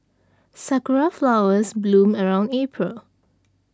sakura flowers bloom around April